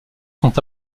sont